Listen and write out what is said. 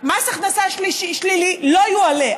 מס הכנסה שלילי לא יועלה,